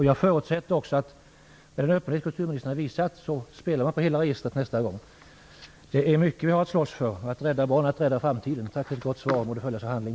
Jag förutsätter också att kulturministern, med den öppenhet som hon har visat, skall spela på hela registret nästa gång. Det är mycket som vi har att slåss för - att rädda barnen och rädda framtiden. Tack för ett gott svar! Det borde följas av handling.